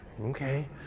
Okay